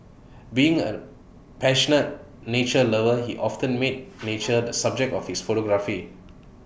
being A passionate nature lover he often made nature the subject of his photography